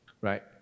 right